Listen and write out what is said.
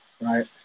Right